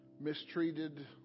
mistreated